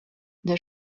der